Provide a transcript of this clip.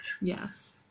Yes